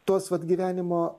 tos vat gyvenimo